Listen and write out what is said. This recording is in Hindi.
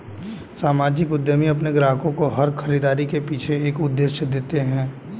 सामाजिक उद्यमी अपने ग्राहकों को हर खरीदारी के पीछे एक उद्देश्य देते हैं